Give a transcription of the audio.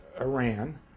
Iran